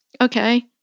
okay